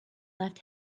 left